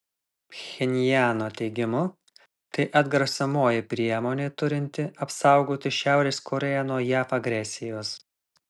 pchenjano teigimu tai atgrasomoji priemonė turinti apsaugoti šiaurės korėją nuo jav agresijos